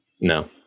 No